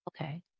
Okay